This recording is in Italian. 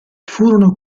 furono